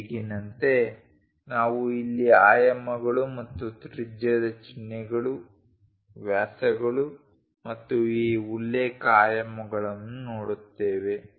ಈಗಿನಂತೆ ನಾವು ಇಲ್ಲಿ ಆಯಾಮಗಳು ಮತ್ತು ತ್ರಿಜ್ಯದ ಚಿಹ್ನೆಗಳು ವ್ಯಾಸಗಳು ಮತ್ತು ಈ ಉಲ್ಲೇಖ ಆಯಾಮಗಳನ್ನು ನೋಡುತ್ತೇವೆ